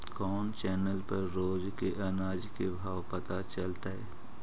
कोन चैनल पर रोज के अनाज के भाव पता चलतै?